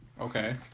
Okay